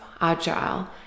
Agile